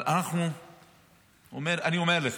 אבל אני אומר לך,